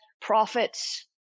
prophets